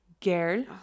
girl